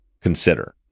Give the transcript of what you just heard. consider